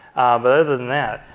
but other than that,